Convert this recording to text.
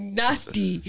nasty